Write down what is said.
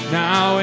now